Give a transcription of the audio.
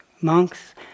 monks